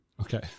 Okay